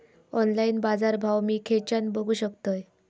Online बाजारभाव मी खेच्यान बघू शकतय?